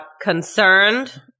concerned